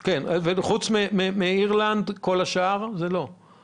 וחוץ מאירלנד כל השאר זה לא גוגל ואפל?